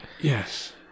Yes